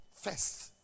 first